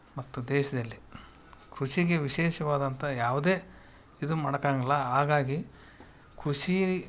ಮತ್ತು ದೇಶದಲ್ಲಿ ಕೃಷಿಗೆ ವಿಶೇಷವಾದಂಥ ಯಾವುದೇ ಇದು ಮಾಡಾಕಾಂಗಿಲ್ಲ ಹಾಗಾಗಿ ಕೃಷಿ